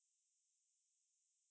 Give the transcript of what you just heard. of course not